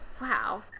Wow